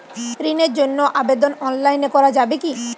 ঋণের জন্য আবেদন অনলাইনে করা যাবে কি?